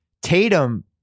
Tatum